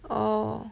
orh